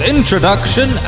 Introduction